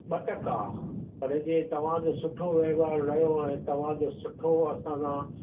ॿ टका पर जे तव्हां जो सुठो वहिंवार रहियो ऐं तव्हां जो सुठो असां सां